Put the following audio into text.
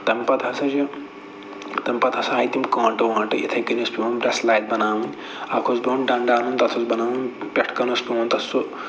تَمہِ پَتہٕ ہسا چھِ تَمہِ پَتہٕ ہسا آیہِ تِم کٲنٛٹہٕ وٲنٛٹہٕ یِتھٕے کٔنۍ ٲسۍ پٮ۪وان تَسلے بَناوٕنۍ اَکھ اوس پٮ۪وان ڈَنڈٕ اَنُن تَتھ اوس بَناوُن پٮ۪ٹھٕ کٔنس اوس پٮ۪وان سُہ